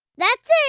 that's it.